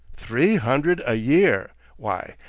three hundred a year! why,